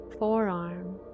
Forearm